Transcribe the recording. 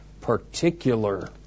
particular